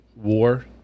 war